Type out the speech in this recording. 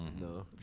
No